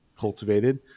cultivated